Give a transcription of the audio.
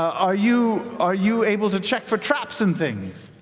are you are you able to check for traps and things?